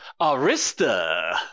Arista